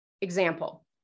Example